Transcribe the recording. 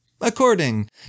According